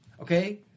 okay